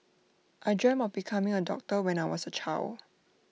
I dreamt of becoming A doctor when I was A child